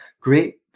great